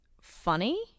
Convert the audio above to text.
funny